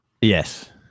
Yes